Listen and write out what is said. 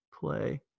play